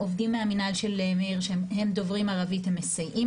העובדים מהמנהל של מאיר שדוברים ערבית מסייעים